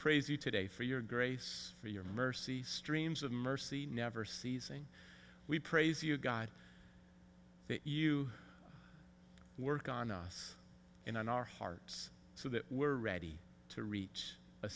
you today for your grace for your mercy streams of mercy never ceasing we praise you god that you work on us in our hearts so that we are ready to reach a